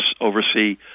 oversee